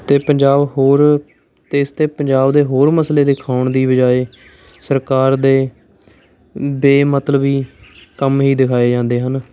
ਅਤੇ ਪੰਜਾਬ ਹੋਰ ਅਤੇ ਇਸ 'ਤੇ ਪੰਜਾਬ ਦੇ ਹੋਰ ਮਸਲੇ ਦਿਖਾਉਣ ਦੀ ਬਜਾਏ ਸਰਕਾਰ ਦੇ ਬੇ ਮਤਲਬੀ ਕੰਮ ਹੀ ਦਿਖਾਏ ਜਾਂਦੇ ਹਨ